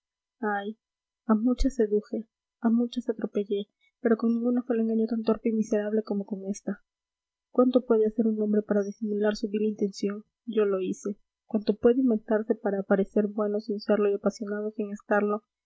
a muchas seduje a muchas atropellé pero con ninguna fue el engaño tan torpe y miserable como con esta cuanto puede hacer un hombre para disimular su vil intención yo lo hice cuanto puede inventarse para aparecer bueno sin serlo y apasionado sin estarlo